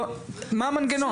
מה המנגנון?